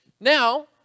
Now